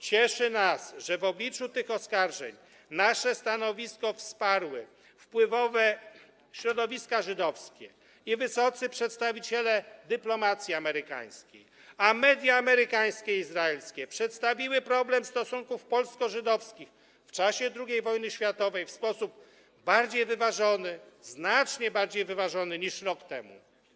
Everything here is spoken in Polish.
Cieszy nas, że w obliczu tych oskarżeń nasze stanowisko wsparły wpływowe środowiska żydowskie i wysocy przedstawiciele dyplomacji amerykańskiej, a media amerykańskie i izraelskie przedstawiły problem stosunków polsko-żydowskich w czasie II wojny światowej w sposób bardziej wyważony, znacznie bardziej wyważony niż rok temu.